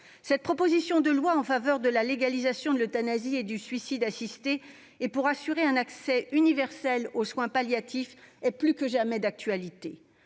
Cette proposition de loi en faveur de la légalisation de l'euthanasie, du suicide assisté et d'un accès universel aux soins palliatifs est plus que jamais d'actualité.